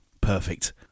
Perfect